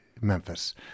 memphis